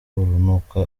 urunuka